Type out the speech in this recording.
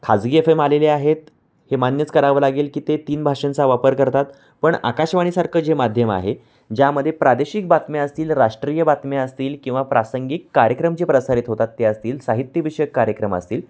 खाजगी F M आलेले आहेत हे मान्यच करावं लागेल की ते तीन भाषांचा वापर करतात पण आकाशवाणीसारखं जे माध्यम आहे ज्यामध्ये प्रादेशिक बातम्या असतील राष्ट्रीय बातम्या असतील किंवा प्रासंगिक कार्यक्रम जे प्रसारित होतात ते असतील साहित्य विषयक कार्यक्रम असतील